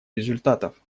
результатов